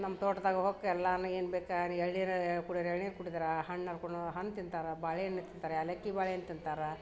ನಮ್ಮ ತೋಟದಾಗ ಹೊಕ್ಕು ಎಲ್ಲನೂ ಏನ್ಬೇಕೋ ಹರಿ ಎಳ್ನೀರು ಕುಡಿಯೋರು ಎಳ್ನೀರು ಕುಡಿತಾರ ಹಣ್ಣು ಹರ್ಕೊನು ಹಣ್ಣು ತಿಂತಾರೆ ಬಾಳೆಹಣ್ಣು ತಿಂತಾರೆ ಏಲಕ್ಕಿ ಬಾಳೆಹಣ್ಣು ತಿಂತಾರೆ